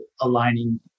aligning